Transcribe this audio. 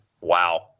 wow